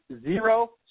zero